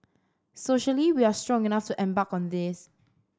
socially we are strong enough to embark on this